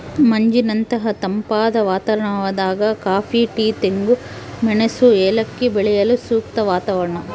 ಮಂಜಿನಂತಹ ತಂಪಾದ ವಾತಾವರಣದಾಗ ಕಾಫಿ ಟೀ ತೆಂಗು ಮೆಣಸು ಏಲಕ್ಕಿ ಬೆಳೆಯಲು ಸೂಕ್ತ ವಾತಾವರಣ